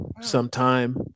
sometime